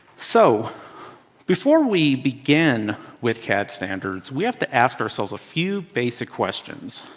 so before we begin with cad standards, we have to ask ourselves a few basic questions.